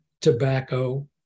tobacco